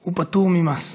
הוא פטור ממס.